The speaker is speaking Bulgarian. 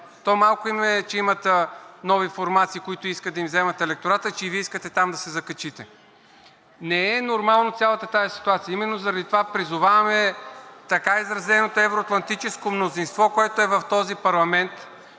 То малко им е, че имат нови формации, които искат да им вземат електората, че и Вие искате там да се закачите. Не е нормална цялата тази ситуация. Именно заради това призоваваме така изразеното евро-атлантическо мнозинство, което е в този парламент,